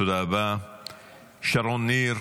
שרון ניר,